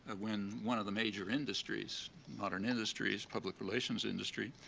ah when one of the major industries, modern industries, public relations industry,